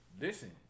listen